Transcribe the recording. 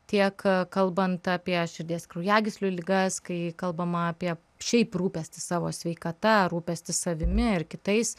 tiek kalbant apie širdies kraujagyslių ligas kai kalbama apie šiaip rūpestį savo sveikata rūpestį savimi ir kitais